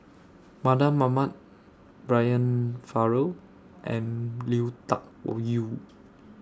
Mardan Mamat Brian Farrell and Lui Tuck Yew